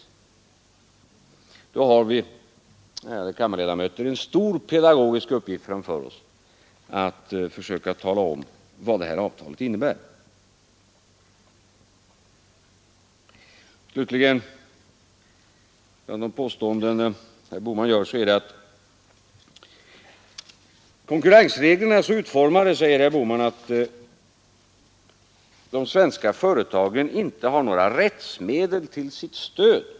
I så fall har vi, ärade kammarledamöter, en stor pedagogisk uppgift framför oss att försöka tala om vad det här avtalet innebär! Ett annat av herr Bohmans påståenden var, att konkurrensreglerna är så utformade att de svenska företagen inte har några rättsmedel till sitt stöd.